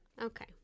Okay